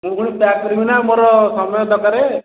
ମୁଁ ପୁଣି ପ୍ୟାକ୍ କରିବିନା ମୋର ସମୟ ଦରକାର